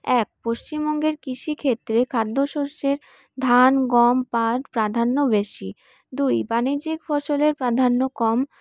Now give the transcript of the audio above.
এক পশ্চিমবঙ্গের কৃষিক্ষেত্রে খাদ্য শস্যে ধান গম পাট প্রাধান্য বেশী দুই বাণিজ্যিক ফসলের প্রাধান্য কম